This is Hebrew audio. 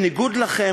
בניגוד לכם,